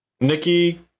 Nikki